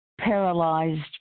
paralyzed